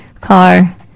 car